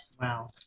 Wow